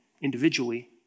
individually